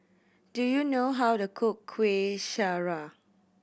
do you know how to cook Kueh Syara